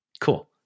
Cool